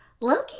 Loki